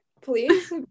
please